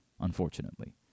unfortunately